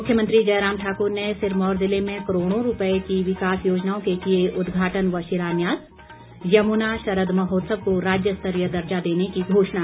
मुख्यमंत्री जयराम ठाक्र ने सिरमौर ज़िले में करोड़ो रूपये की विकास योजनाओं के किए उदघाटन व शिलान्यास यमुना शरद महोत्सव को राज्य स्तरीय दर्जा देने की घोषणा